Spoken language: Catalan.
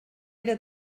era